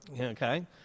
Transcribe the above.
Okay